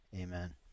Amen